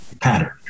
pattern